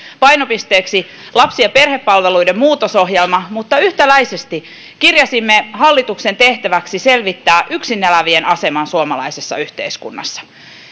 painopisteeksi lapsi ja perhepalveluiden muutosohjelma mutta yhtäläisesti kirjasimme hallituksen tehtäväksi selvittää yksin elävien asemaa suomalaisessa yhteiskunnassa